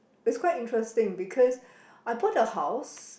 it's quite interesting because I bought the house